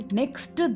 next